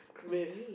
with